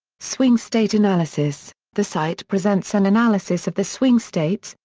swing state analysis the site presents an analysis of the swing states,